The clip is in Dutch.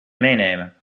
meenemen